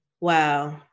wow